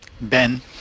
Ben